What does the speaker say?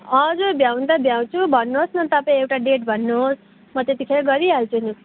हजुर भ्याउनु त भ्याउँछु भन्नुहोस् न तपाईँ एउटा डेट भन्नुहोस् म त्यतिखेरै गरिहाल्छु लु